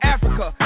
Africa